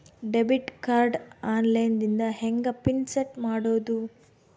Debit card online ದಿಂದ ಹೆಂಗ್ PIN set ಮಾಡೋದು?